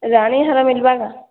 ରାଣୀ ହାର ମିଳିବା କା